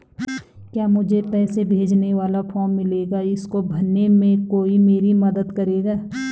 क्या मुझे पैसे भेजने वाला फॉर्म मिलेगा इसको भरने में कोई मेरी मदद करेगा?